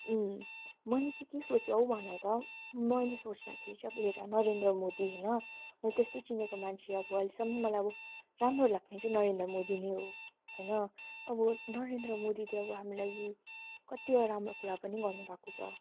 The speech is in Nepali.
अँ मैले चाहिँ के सोचेँ औ भन त मैले सोच्दाखेरि चाहिँ हेर नरेन्द्र मोदी होइन मैले त्यस्तो चिनेको मान्छे अब अहिलेसम्म अब राम्रो लाग्ने चाहिँ नरेन्द्र मोदी नै हो होइन अब नरेन्द्र मोदीले अब हाम्रो लागि कतिवटा राम्रो कुरा पनि गर्नु भएको छ